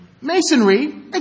Masonry